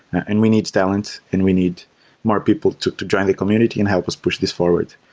and we need talent and we need more people to to join the community and help us push this forward.